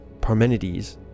Parmenides